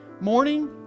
morning